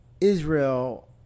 Israel